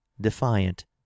defiant